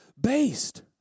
based